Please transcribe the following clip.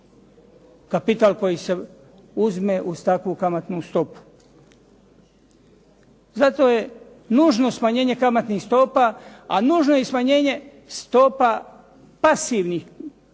kapital koji se uzme uz takvu kamatnu stopu. Zato je nužno smanjenje kamatnih stopa, a nužno je i smanjenje stopa pasivnih kamata,